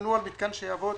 תכננו על מתקן שיעבוד